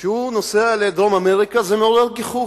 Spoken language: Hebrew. כשהוא נוסע לדרום-אמריקה זה מעורר גיחוך.